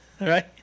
right